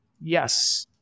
yes